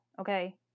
okay